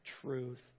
truth